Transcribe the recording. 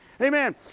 Amen